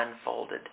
unfolded